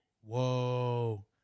whoa